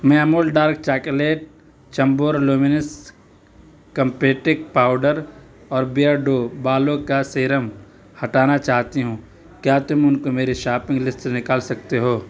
میں Amul dark chocolate Chambor luminous compact powder اور Beardo بالوں کا سیرم ہٹانا چاہتی ہوں کیا تم ان کو میری شاپنگ لیسٹ سے نکال سکتے ہو